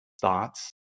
thoughts